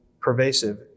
pervasive